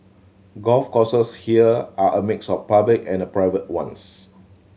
golf courses here are a mix of public and private ones